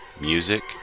music